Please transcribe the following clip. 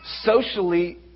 Socially